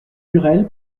lurel